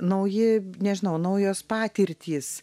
nauji nežinau naujos patirtys